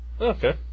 Okay